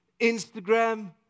Instagram